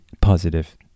positive